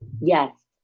Yes